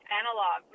analog